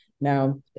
Now